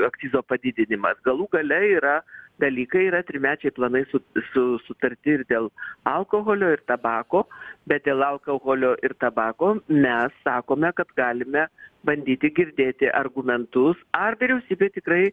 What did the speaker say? akcizo padidinimas galų gale yra dalykai yra trimečiai planai su su sutarti ir dėl alkoholio ir tabako bet dėl alkoholio ir tabako mes sakome kad galime bandyti girdėti argumentus ar vyriausybė tikrai